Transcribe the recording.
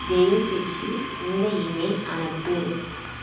ஜெயேஷ்ஷுக்கு இந்த இமெயில் அனுப்பு